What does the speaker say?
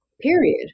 period